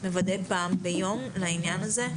מוודא פעם ביום לעניין הזה?